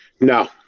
no